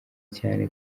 cyane